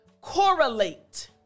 correlate